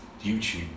YouTube